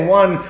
one